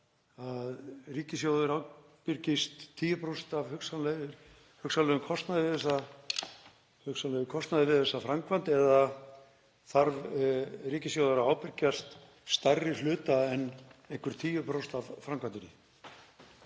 að ríkissjóður ábyrgist 10% af hugsanlegum kostnaði við þessa framkvæmd eða þarf ríkissjóður að ábyrgjast stærri hluta en einhver 10% af framkvæmdinni?